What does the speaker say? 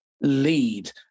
lead